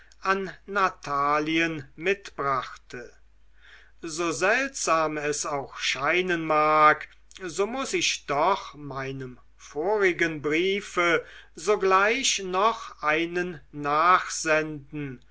an natalien mitbrachte so seltsam es auch scheinen mag so muß ich doch meinem vorigen briefe sogleich noch einen nachsenden